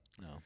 No